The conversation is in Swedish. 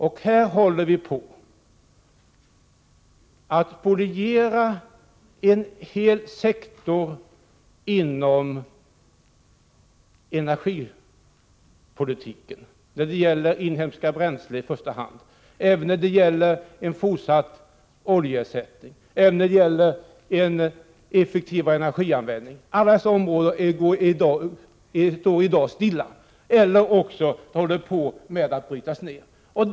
Men här håller vi på att spoliera en hel sektor inom energipolitiken, i första hand när det gäller inhemska bränslen men även när det gäller en fortsatt oljeersättning och en effektivare energianvändning. Utvecklingen på alla dessa områden står stilla.